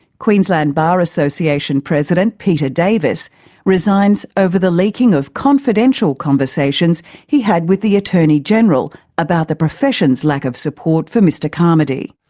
queensland bar association president peter davis resigns over the leaking of confidential conversations he had with the attorney-general about the profession's lack of support for mr carmody.